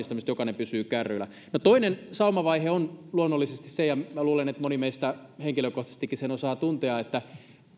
sen varmistamista että jokainen pysyy kärryillä toinen saumavaihe on luonnollisesti se ja minä luulen että moni meistä henkilökohtaisestikin sen tuntee että